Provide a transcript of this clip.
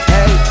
Hey